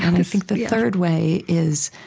and i think the third way is,